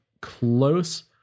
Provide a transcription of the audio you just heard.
close